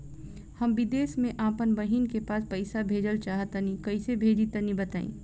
हम विदेस मे आपन बहिन के पास पईसा भेजल चाहऽ तनि कईसे भेजि तनि बताई?